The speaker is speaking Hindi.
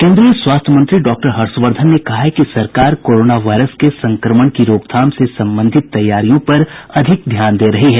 केन्द्रीय स्वास्थ्य मंत्री डॉक्टर हर्षवर्धन ने कहा है कि सरकार कोरोना वायरस के संक्रमण की रोकथाम से संबंधित तैयारियों पर अधिक ध्यान दे रही है